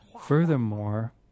Furthermore